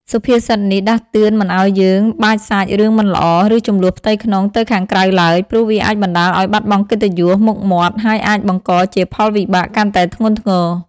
សុភាសិតនេះដាស់តឿនមិនឱ្យយើងបាចសាចរឿងមិនល្អ ឬជម្លោះផ្ទៃក្នុងទៅខាងក្រៅឡើយ ព្រោះវាអាចបណ្ដាលឱ្យបាត់បង់កិត្តិយស មុខមាត់ ហើយអាចបង្កជាផលវិបាកកាន់តែធ្ងន់ធ្ងរ។